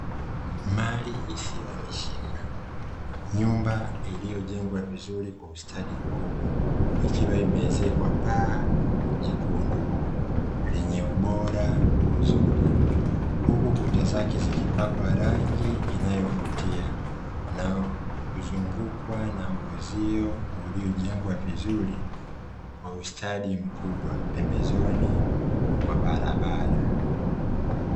Mali isiyohamishika nyumba iliyojengwa vizuri kwa ustadi mkubwa, ikiwa imeezekwa paa jekundu, lenye ubora mzuri. Huku kuta zake zikipakwa rangi inayovutia, na kuzungukwa na uzio waliojengwa vizuri, kwa ustadi mkubwa pembezoni mwa barabara.